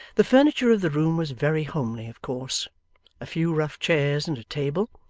the furniture of the room was very homely of course a few rough chairs and a table,